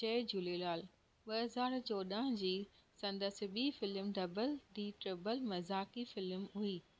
जय झूलेलाल ॿ हजार चौडाहं जी संदसि ॿी फिलम डबल दी ट्रबल मज़ाक़ी फिलम हुई